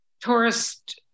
tourist